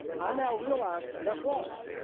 um now realize that's wrong.